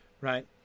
right